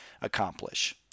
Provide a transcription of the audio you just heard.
accomplish